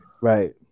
right